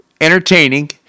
entertaining